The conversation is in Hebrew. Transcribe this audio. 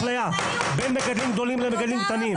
יש פה אפליה בין מגדלים גדולים למגדלים קטנים.